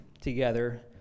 together